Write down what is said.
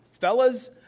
Fellas